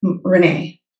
Renee